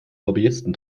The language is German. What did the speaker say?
lobbyisten